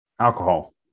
alcohol